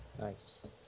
Nice